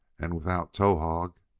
and without towahg!